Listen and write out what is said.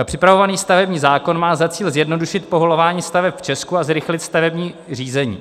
Připravovaný stavební zákon má za cíl zjednodušit povolování staveb v Česku a zrychlit stavební řízení.